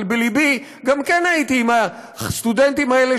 אבל בלבי כן הייתי עם הסטודנטים האלה